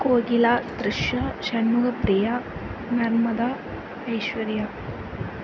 Kokila Trisha Shanmugapriya Narmada Aishwarya